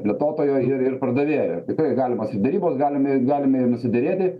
plėtotojo ir ir pardavėjo tikrai galimos ir derybos galime galime ir nusiderėti